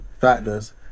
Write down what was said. factors